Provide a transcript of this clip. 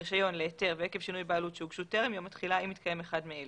להיתר ועקב שינוי בעלות שהוגשו טרם יום התחילה אם התקיים אחד מאלה: